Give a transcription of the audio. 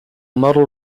model